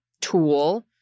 tool